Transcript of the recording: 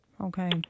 Okay